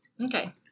Okay